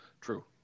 True